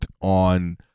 on